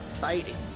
fighting